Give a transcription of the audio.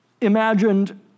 imagined